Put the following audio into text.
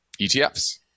ETFs